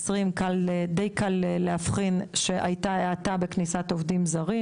אני חושבת שב-2020 די קל להבחין שהייתה האטה בכניסת עובדים זרים,